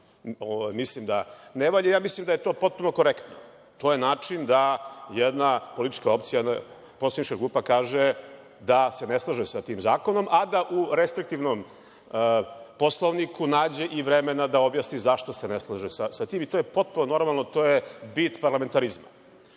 mislim da ne valja, ja mislim da je to potpuno korektno. To je način da jedna politička opcija, jedna poslanička grupa kaže da se ne slaže sa tim zakonom, a da u restriktivnom Poslovniku nađe i vremena da objasni zašto se ne slaže sa tim. To je potpuno normalno i to je vid parlamentarizma. Ja